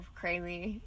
crazy